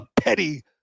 petty